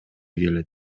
келет